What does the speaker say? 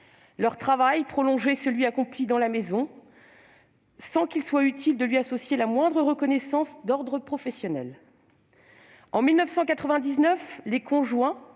leur travail prolongeait celui qui était accompli dans la maison, sans qu'il soit utile de lui associer la moindre reconnaissance d'ordre professionnel. En 1999, les conjoints